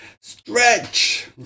stretch